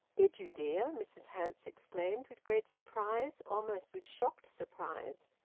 did you, dear? mrs hamps exclaimed, with great surprise, almost with shocked surprise.